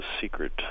secret